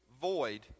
void